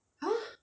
!huh!